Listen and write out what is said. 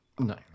No